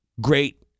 great